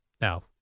Now